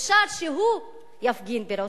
אפשר שהוא יפגין ברוטשילד.